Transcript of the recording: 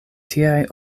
tiaj